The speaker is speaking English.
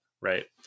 right